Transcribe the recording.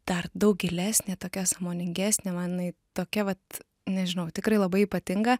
dar daug gilesnė tokia sąmoningesnė man jinai tokia vat nežinau tikrai labai ypatinga